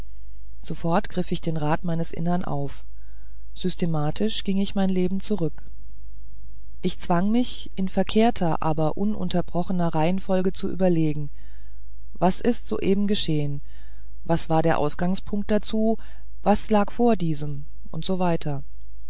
sofort griff ich den rat meines innern auf systematisch ging ich mein leben zurück ich zwang mich in verkehrter aber ununterbrochener reihenfolge zu überlegen was ist soeben geschehen was war der ausgangspunkt dazu was lag vor diesem und so